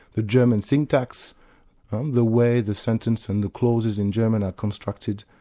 the german syntax and the way the sentence and the clauses in german are constructed,